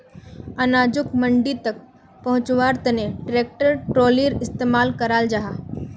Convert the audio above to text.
अनाजोक मंडी तक पहुन्च्वार तने ट्रेक्टर ट्रालिर इस्तेमाल कराल जाहा